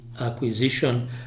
acquisition